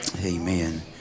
Amen